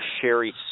Sherry